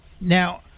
Now